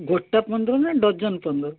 ଗୋଟା ପନ୍ଦର ନା ଡର୍ଜନ ପନ୍ଦର